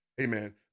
amen